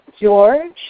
George